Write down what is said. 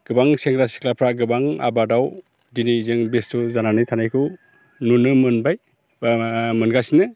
गोबां सेंग्रा सिख्लाफ्रा गोबां आबादाव दिनै जों बेस्थ' जानानै थानायखौ नुनो मोनबाय ओ मोनगासिनो